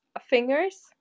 fingers